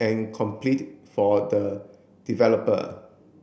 and complete for the developer